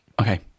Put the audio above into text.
Okay